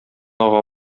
ага